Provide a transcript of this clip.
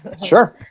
but sure.